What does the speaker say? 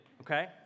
okay